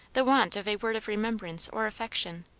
the want of a word of remembrance or affection,